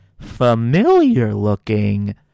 familiar-looking